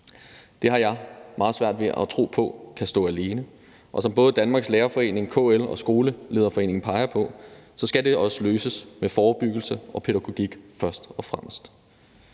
Det har jeg meget svært ved at tro på kan stå alene, og som både Danmarks Lærerforening, KL og Skolelederforeningen peger på, så skal det først og fremmest også løses med forebyggelse og pædagogik. Som undersøgelsen